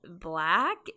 black